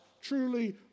truly